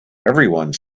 everyone